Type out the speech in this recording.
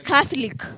Catholic